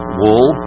wool